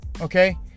Okay